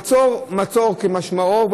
מצור כמשמעו,